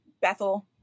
Bethel